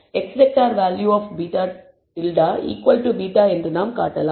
X vector value of β̂ β என்று நாம் காட்டலாம்